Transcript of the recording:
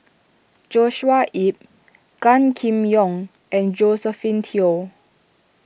Joshua Ip Gan Kim Yong and Josephine Teo